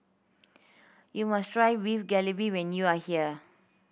you must try Beef Galbi when you are here